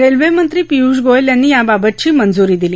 रेल्वेमंत्री पियुष गोयल यांनी याबाबतची मंजूरी दिली